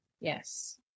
Yes